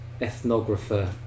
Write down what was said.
ethnographer